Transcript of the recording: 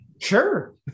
Sure